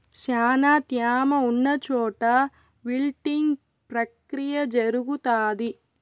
శ్యానా త్యామ ఉన్న చోట విల్టింగ్ ప్రక్రియ జరుగుతాది